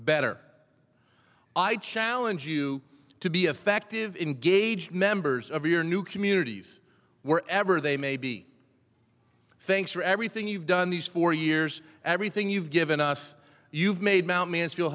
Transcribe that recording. better i challenge you to be effective in gage members of your new communities where ever they may be thanks for everything you've done these four years everything you've given us you've made mt mansfield